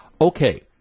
Okay